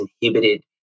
inhibited